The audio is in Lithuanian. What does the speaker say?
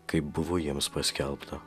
kaip buvo jiems paskelbta